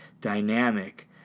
dynamic